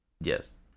Yes